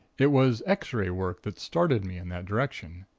it was x-ray work that started me in that direction.